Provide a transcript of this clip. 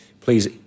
please